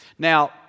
Now